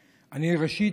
ראשית,